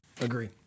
Agree